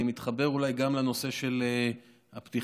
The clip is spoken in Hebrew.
אני מתחבר גם לנושא של הפתיחה,